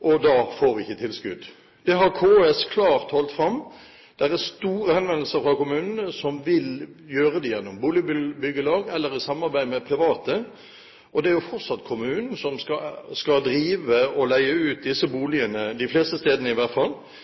og da får vi ikke tilskudd. Det har KS klart holdt fram. Det er mange henvendelser fra kommunene som vil gjøre det gjennom boligbyggelag eller i samarbeid med private, og det er jo fortsatt kommunene som skal drive og leie ut disse boligene – de fleste stedene i